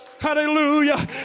Hallelujah